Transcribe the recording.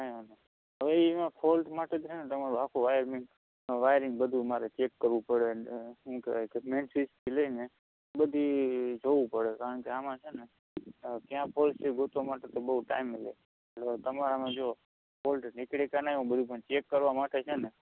હવે એમાં ફૉલ્ટ માટે છે ને તમાંરુ આખું વાયરિંગ અ વાયરિંગ બધું અમારે ચેક કરવું પડે એટલે શું કહેવાય કે મેઇન સ્વીચથી લઇને બધી જગ્યાએ જોવું પડે કારણ કે આમાં છે ને ક્યાં ફોલ્ટ છે એ ગોતવા માટે તો બહું ટાઇમ લઇ લે તમારામાં જો ફોલ્ટ નીકળે કે નહીં પણ બધું ચેક કરવા માટે છે ને